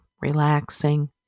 Relaxing